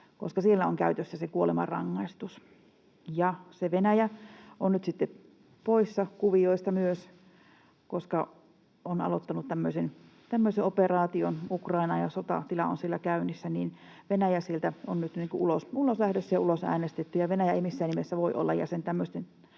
koska siellä on käytössä se kuolemanrangaistus. Ja Venäjä on nyt sitten poissa kuvioista myös, koska on aloittanut tämmöisen operaation Ukrainaan ja sotatila on siellä käynnissä, joten Venäjä sieltä on nyt ulos lähdössä ja ulos äänestetty. Venäjä ei missään nimessä voi olla jäsen